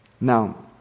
Now